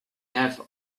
have